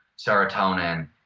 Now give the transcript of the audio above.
serotonin,